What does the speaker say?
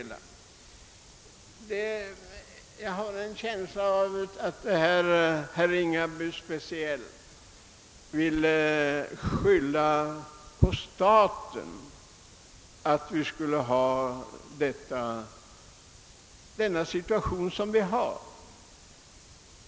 Jag fick en känsla av att speciellt herr Ringaby ville lägga ansvaret för den nuvarande situationen på staten.